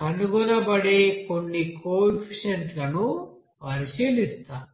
కనుగొనబడే కొన్ని కోఎఫిషియెంట్స్ లను పరిశీలిస్తాము